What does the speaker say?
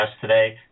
today